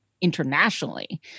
internationally